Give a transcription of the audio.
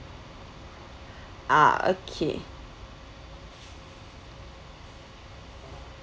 ah okay